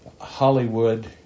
Hollywood